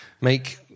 make